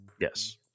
yes